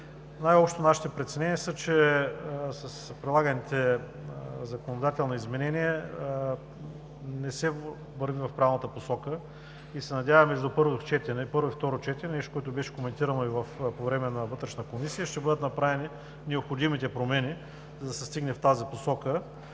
Най-общо нашите притеснения са, че с прилаганите законодателни изменения не се върви в правилната посока. Надяваме се между първо и второ четене – нещо, което беше коментирано и по време на Вътрешната комисия, ще бъдат направени необходимите промени, за да се стигне в тази посока,